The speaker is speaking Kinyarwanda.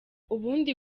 ubundi